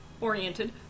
oriented